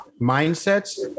mindsets